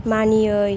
मानियै